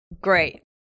Great